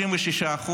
36%,